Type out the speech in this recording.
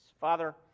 Father